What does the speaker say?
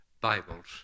Bibles